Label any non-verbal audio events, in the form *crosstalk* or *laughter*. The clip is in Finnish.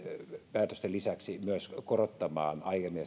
myös korottamaan aiemmin *unintelligible*